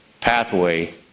pathway